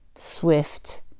swift